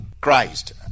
Christ